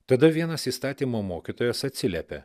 tada vienas įstatymo mokytojas atsiliepia